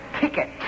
ticket